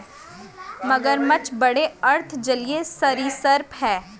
मगरमच्छ बड़े अर्ध जलीय सरीसृप हैं